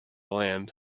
land